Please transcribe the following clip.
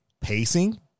pacing